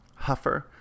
huffer